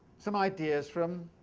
some ideas from